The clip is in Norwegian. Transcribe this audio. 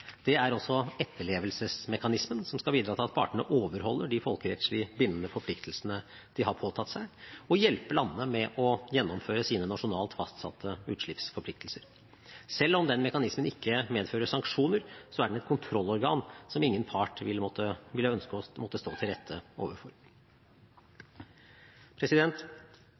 Det er også etterlevelsesmekanismen, som skal bidra til at partene overholder de folkerettslig bindende forpliktelsene de har påtatt seg, og hjelpe landene med å gjennomføre sine nasjonalt fastsatte utslippsforpliktelser. Selv om mekanismen ikke medfører sanksjoner, er den et kontrollorgan som ingen part vil ønske å måtte stå til rette overfor.